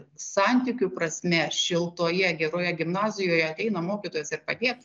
santykių prasme šiltoje geroje gimnazijoje ateina mokytojas ir padėt